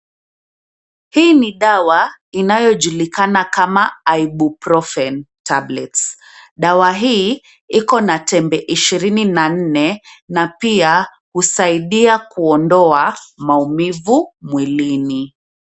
Hii ni dawa inayojulikana kama Ibuprofen tablets . Dawa hii iko na tembe ishirini na nne na pia husaidia kuondoa maumivu mwilini.